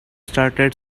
started